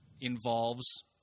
involves